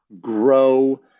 grow